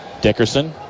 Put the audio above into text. Dickerson